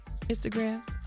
Instagram